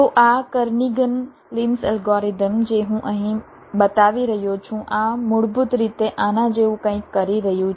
તો આ Kernighan Lin's algorithm જે હું અહીં બતાવી રહ્યો છું આ મૂળભૂત રીતે આના જેવું કંઈક કરી રહ્યું છે